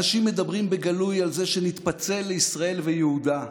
אנשים מדברים בגלוי על זה שנתפצל לישראל וליהודה.